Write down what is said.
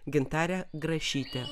gintarė grašytė